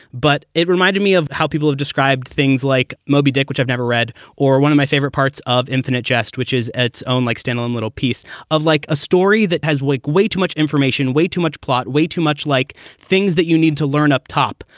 but it reminded me of how people have described things like moby dick, which i've never read, or one of my favorite parts of infinite jest, which is its own like standalone little piece of like a story that has wyk way too much information, way too much plot, way too much like things that you need to learn up top.